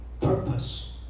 purpose